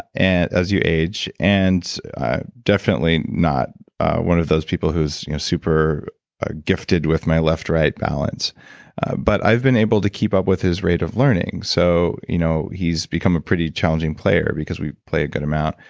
and as you age. and, i'm definitely not one of those people whose you know super ah gifted with my left right balance but, i've been able to keep up with his rate of learning. so, you know he's become a pretty challenging player, because we play a good amount.